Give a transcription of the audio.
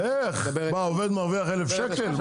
מה, עובד מרוויח 1,000 שקל?